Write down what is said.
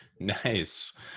nice